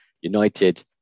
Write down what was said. United